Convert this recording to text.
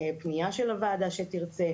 פנייה של הוועדה שתרצה.